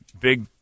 big